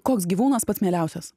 koks gyvūnas pats mieliausias